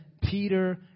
Peter